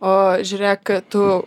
o žiūrėk tu